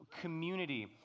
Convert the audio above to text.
community